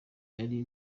ari